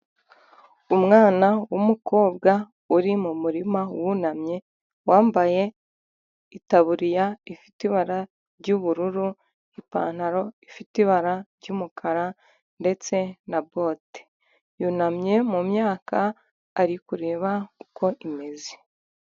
Umwana w'umukobwa uri mu murima wunamye, wambaye itaburiya ifite ibara ry'ubururu n'ipantaro ifite ibara ry'umukara ndetse na bote, yunamye mu myaka ari kureba uko imeze.